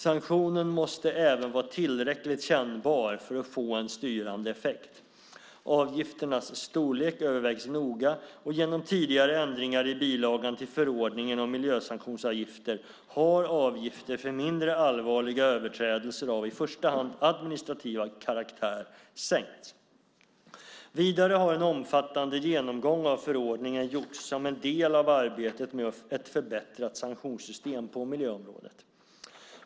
Sanktionen måste även vara tillräckligt kännbar för att få en styrande effekt. Avgifternas storlek övervägs noga, och genom tidigare ändringar i bilagan till förordningen om miljösanktionsavgifter har avgifter för mindre allvarliga överträdelser av i första hand administrativ karaktär sänkts. Vidare har en omfattande genomgång av förordningen gjorts som en del av arbetet med ett förbättrat sanktionssystem på miljöområdet.